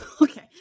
Okay